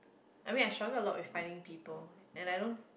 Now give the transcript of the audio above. I mean I struggle a lot with finding people and I don't